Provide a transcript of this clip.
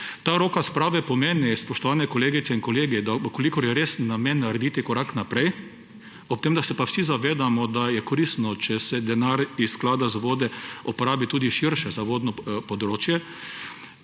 Ta roka sprave pomeni, spoštovane kolegice in kolegi, da v kolikor je res namen narediti korak naprej, ob tem, da pa se vsi zavedamo, da je koristno, če se denar iz Sklada za vode uporabi tudi širše za vodno področje,